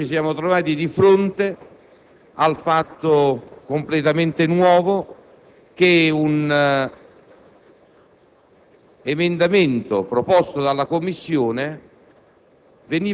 Cisiamo trovati di fronte al fatto completamente nuovo di un emendamento, proposto dalla Commissione,